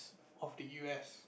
of the U_S